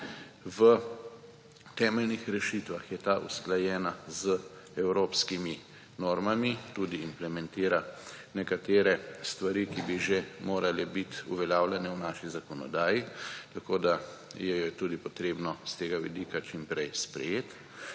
V temeljnih rešitvah je ta usklajena z evropskimi normami, tudi implementira nekatere stvari, ki bi že morale biti uveljavljene v naši zakonodaji, in jo je tudi treba s tega vidika čim prej sprejeti.